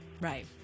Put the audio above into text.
Right